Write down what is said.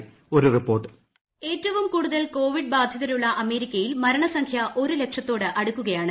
അ ഒരു report voice ഏറ്റവും കൂടുതൽ കോവിഡ് ബാധിതരുള്ള അമേരിക്കയിൽ മരണസംഖ്യ ഒരു ലക്ഷത്തോട് അടുക്കുകയാണ്